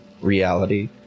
reality